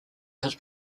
his